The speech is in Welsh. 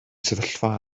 sefyllfa